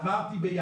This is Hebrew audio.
עשיתי כל דבר כפי